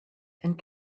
and